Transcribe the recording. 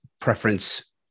preference